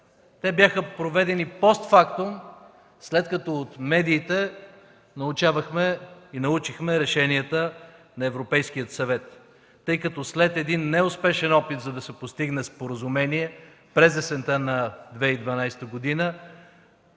Те бяха проведени постфактум, след като от медиите научавахме и научихме решенията на Европейския съвет. След неуспешен опит да се постигне споразумение през есента на 2012 г.,